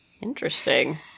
Interesting